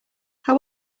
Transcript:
how